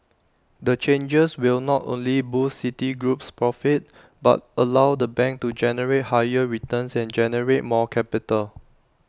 the changes will not only boost Citigroup's profits but allow the bank to generate higher returns and generate more capital